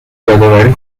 یادآوری